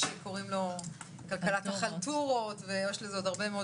יש שקוראים לו "כלכלת החלטורות" ויד לזה עוד הרבה מאוד